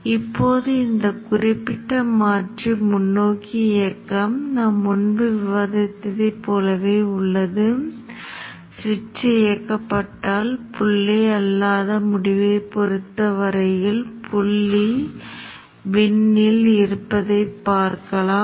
நான் இங்கே சில பொதுவான மதிப்புகளை வைத்துள்ளேன் உண்மையில் இவை பக் மாற்றிக்கு நாம் பயன்படுத்தும் அதே மதிப்புகள் மற்றும் 10kHz இன் மாறுதல் அதிர்வெண் கொண்ட PWM ஐப் பயன்படுத்தி முன்னோக்கி மாற்றி உதாரணத்திற்கு நீங்கள் அதைப் பயன்படுத்தலாம்